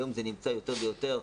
היום זה נמצא יותר ויותר,